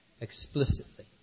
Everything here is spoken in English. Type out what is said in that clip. explicitly